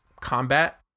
combat